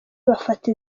bafata